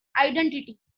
identity